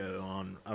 on